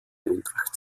eintracht